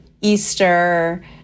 Easter